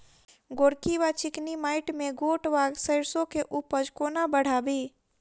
गोरकी वा चिकनी मैंट मे गोट वा सैरसो केँ उपज कोना बढ़ाबी?